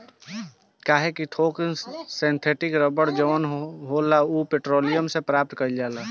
काहे कि थोक सिंथेटिक रबड़ जवन होला उ पेट्रोलियम से प्राप्त कईल जाला